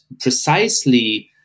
precisely